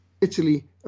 Italy